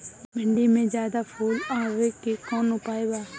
भिन्डी में ज्यादा फुल आवे के कौन उपाय बा?